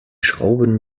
schrauben